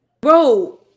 bro